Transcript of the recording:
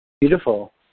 Beautiful